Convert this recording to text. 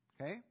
Okay